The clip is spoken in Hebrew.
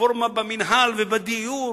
רפורמה במינהל ובדיור,